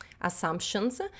assumptions